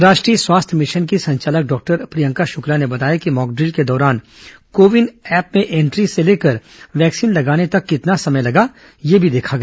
राष्ट्रीय स्वास्थ्य मिशन की संचालक डॉक्टर प्रियंका शुक्ला ने बताया कि मॉकड्रिल के दौरान को विन ऐप में एंट्री से लेकर वैक्सीन लगाने तक कितना समय लगा यह देखा गया